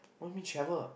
what you mean travel